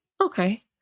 okay